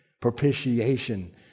propitiation